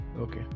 Okay